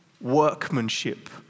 workmanship